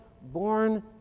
born